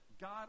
God